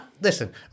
Listen